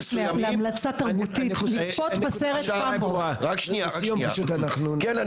-- תסיים פשוט אנחנו -- כן,